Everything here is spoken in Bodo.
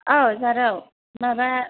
औ जारौ माबा